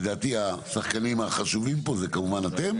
לדעתי השחקנים החשובים פה זה כמובן אתם,